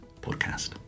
Podcast